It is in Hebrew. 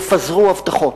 יפזרו הבטחות.